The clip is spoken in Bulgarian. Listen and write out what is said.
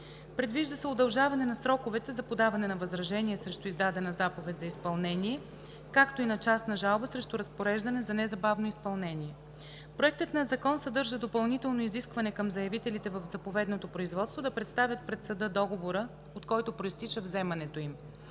Предвижда се удължаване на сроковете за подаване на възражение срещу издадена заповед за изпълнение, както и на частна жалба срещу разпореждане за незабавно изпълнение. Проектът на закон съдържа допълнително изискване към заявителите в заповедното производство да представят пред съда договора, от който произтича вземането им,